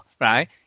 right